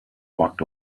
walked